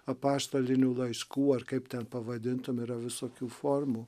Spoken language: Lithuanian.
apaštalinių laiškų ar kaip ten pavadintum yra visokių formų